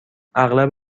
اغلب